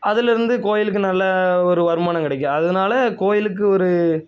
அதிலேருந்து கோயிலுக்கு நல்ல ஒரு வருமானம் கிடைக்கும் அதனால கோயிலுக்கு ஒரு